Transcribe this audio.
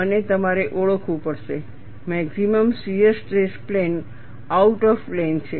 અને તમારે ઓળખવું પડશે maximum shear stress plane out of plane છે